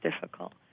difficult